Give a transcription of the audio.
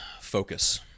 focus